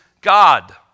God